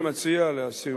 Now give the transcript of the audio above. אני מציע להסיר.